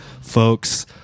folks